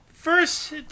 First